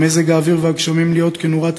על מזג האוויר והגשמים להיות כנורת